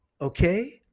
Okay